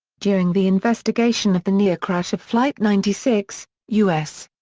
during the investigation of the near-crash of flight ninety six, u s.